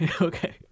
Okay